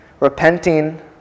Repenting